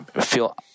feel